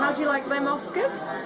ah you like them oscars!